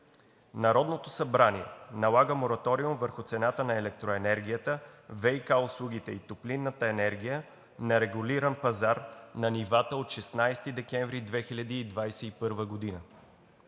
„Народното събрание налага мораториум върху цената на електроенергията, ВиК услугите и топлинната енергия на регулиран пазар на нивата от 16 декември 2021 г.“ 2.